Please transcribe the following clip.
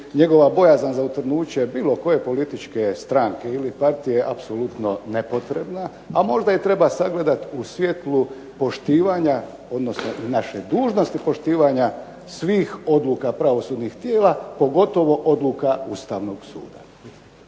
njegova bojazan za utvrdnuće bilo koje političke stranke ili partije apsolutno nepotrebna, a možda je treba sagledat u svjetlu poštivanja odnosno naše dužnosti poštivanja svih odluka pravosudnih tijela, pogotovo odluka Ustavnog suda.